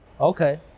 Okay